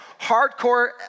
hardcore